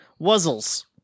Wuzzles